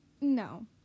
no